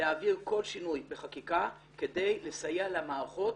להעביר כל שינוי בחקיקה כדי לסייע למערכות